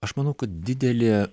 aš manau kad didelė